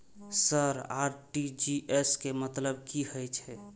Sir RTGS के मतलब की हे छे?